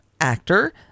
actor